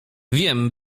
wiem